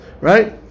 right